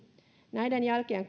näiden jälkien